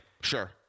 Sure